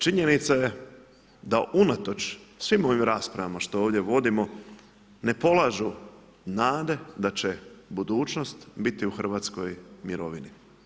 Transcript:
Činjenica je da unatoč svim ovim raspravama što ovdje vodimo ne polažu nade da će budućnost biti u Hrvatskoj mirovini.